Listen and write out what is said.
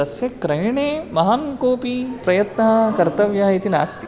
तस्य क्रयणे महान् कोपि प्रयत्नः कर्तव्या इति नास्ति